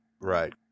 Right